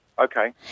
Okay